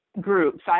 groups